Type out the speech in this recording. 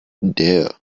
there